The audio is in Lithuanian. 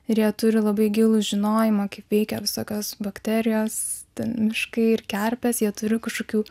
ir jie turi labai gilų žinojimą kaip veikia visokios bakterijos miškai ir kerpės jie turi kažkokių